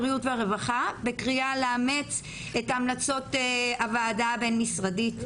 הבריאות והרווחה בקריאה לאמץ את המלצות הוועדה הבין משרדית.